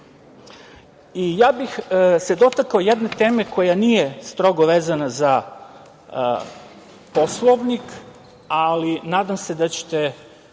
bih se dotakao jedne teme koja nije strogo vezana za Poslovnik, ali nadam se da ćete